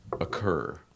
occur